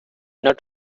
not